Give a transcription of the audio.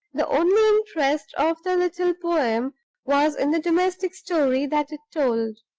the only interest of the little poem was in the domestic story that it told.